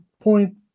point